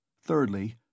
thirdly